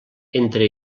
entre